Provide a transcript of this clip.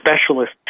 specialist